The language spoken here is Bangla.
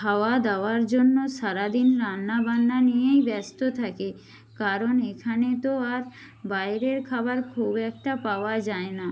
খাওয়া দাওয়ার জন্য সারা দিন রান্না বান্না নিয়েই ব্যস্ত থাকে কারণ এখানে তো আর বাইরের খাবার খুব একটা পাওয়া যায় না